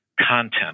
content